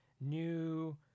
new